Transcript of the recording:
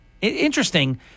Interesting